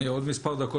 אני מסיים עוד כמה דקות.